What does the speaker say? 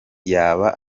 yaba